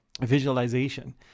visualization